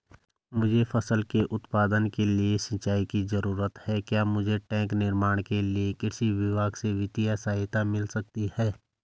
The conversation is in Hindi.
मुझे फसल के उत्पादन के लिए सिंचाई की जरूरत है क्या मुझे टैंक निर्माण के लिए कृषि विभाग से वित्तीय सहायता मिल सकती है?